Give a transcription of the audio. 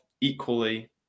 equally